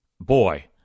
boy